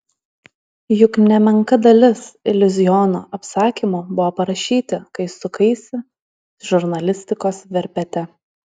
juk nemenka dalis iliuziono apsakymų buvo parašyti kai sukaisi žurnalistikos verpete